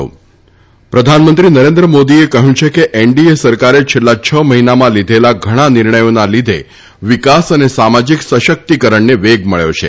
ત પ્રધાનમંત્રી નરેન્દ્ર મોદીએ કહ્યું છે કે એનડીએ સરકારે છેલ્લા છ મહિનામાં લીધેલા ઘણા નિર્ણયોના લીધે વિકાસ અને સામાજીક સશક્તિકરણને વેગ મળ્યો છે